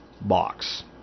box